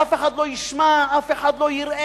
שאף אחד לא ישמע, אף אחד לא יראה.